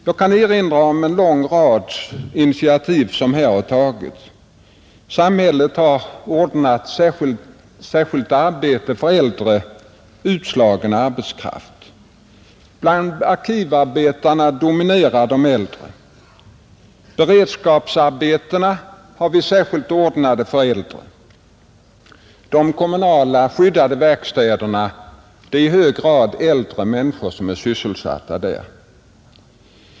Jag kan erinra om en lång rad initiativ som här har tagits. Samhället har ordnat särskilt arbete för äldre utslagen arbetskraft. Bland arkivarbetarna dominerar de äldre. Beredskapsarbeten har särskilt ordnats för äldre, och i de kommunala, skyddade verkstäderna är det i hög grad äldre människor som är sysselsatta.